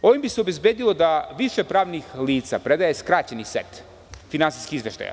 Ovim bi se obezbedili da više pravnih lica predaje skraćeni set finansijskih izveštaja.